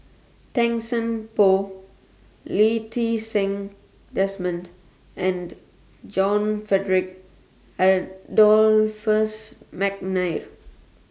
Tan Seng Poh Lee Ti Seng Desmond and John Frederick Adolphus Mcnair